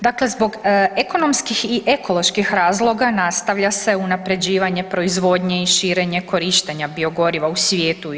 Dakle, zbog ekonomskih i ekoloških razloga nastavlja se unapređivanje proizvodnje i širenje korištenja biogoriva u svijetu i EU.